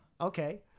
Okay